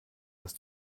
das